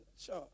Sure